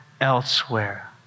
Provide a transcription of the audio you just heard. elsewhere